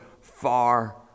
far